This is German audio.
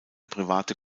private